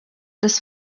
des